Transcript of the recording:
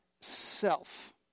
self